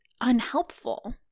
unhelpful